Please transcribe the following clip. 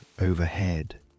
overhead